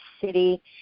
city